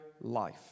life